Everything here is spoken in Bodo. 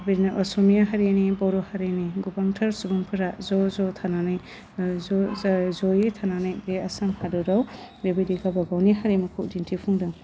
बिदिनो असमिया हारिनि बर' हारिनि गोबांथार सुबुंफोरा ज' ज' थानानै ज' जाय जयै थानानै बे आसाम हादराव बेबायदि गावबा गावनि हारिमुखौ दिन्थिफुंदों